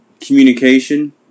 communication